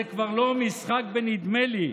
זה כבר לא משחק בנדמה לי,